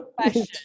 question